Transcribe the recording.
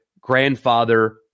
grandfather